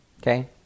Okay